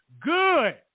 good